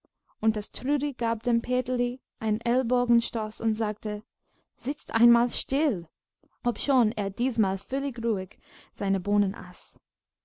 und das trudi gab dem peterli einen ellbogenstoß und sagte sitz einmal still obschon er diesmal völlig ruhig seine bohnen